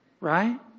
Right